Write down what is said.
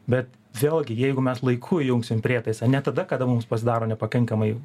bet vėlgi jeigu mes laiku įjungsim prietaisą ne tada kada mums pasidaro nepakankamai